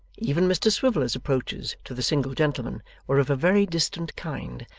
even mr swiveller's approaches to the single gentleman were of a very distant kind,